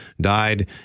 died